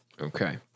Okay